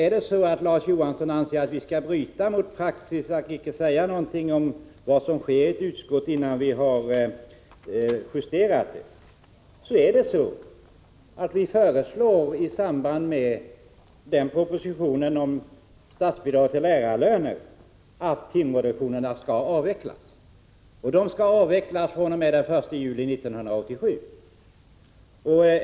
Är det så att Larz Johansson anser att vi skall bryta mot praxis att icke säga någonting om vad som sker i utskottet innan vi har justerat betänkandet, kan jag tala om att vi i samband med propositionen om statsbidrag till lärarlöner föreslår att timreduktionerna skall avvecklas fr.o.m. den 1 juli 1987.